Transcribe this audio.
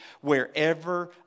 wherever